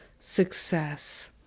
success